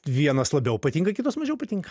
vienas labiau patinka kitos mažiau patinka